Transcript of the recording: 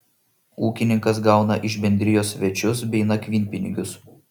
ūkininkas gauna iš bendrijos svečius bei nakvynpinigius